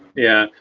yeah.